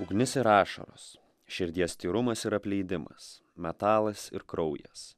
ugnis ir ašaros širdies tyrumas ir apleidimas metalas ir kraujas